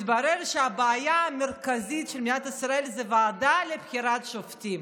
מתברר שהבעיה המרכזית של מדינת ישראל זו ועדה לבחירת שופטים.